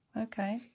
Okay